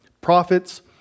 Prophets